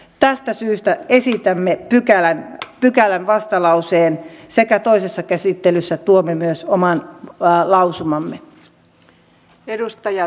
tästä syystä esitämme pykälävastalauseen sekä toisessa käsittelyssä tuomme myös oman lausumamme